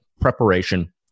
Preparation